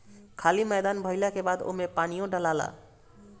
खाली मैदान भइला के बाद ओमे पानीओ डलाला